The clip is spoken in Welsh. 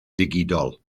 digidol